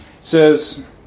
says